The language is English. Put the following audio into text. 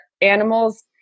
animals